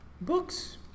Books